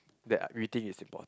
that we think is important